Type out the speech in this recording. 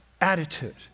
attitude